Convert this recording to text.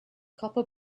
copper